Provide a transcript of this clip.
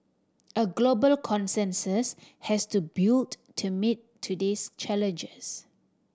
a global consensus has to built to meet today's challenges